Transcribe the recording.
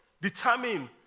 determine